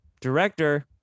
Director